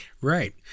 Right